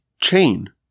chain